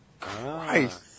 Christ